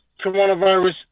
coronavirus